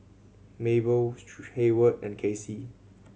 Mable Heyward and Kassie